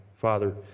Father